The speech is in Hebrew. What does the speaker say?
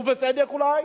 ובצדק, אולי.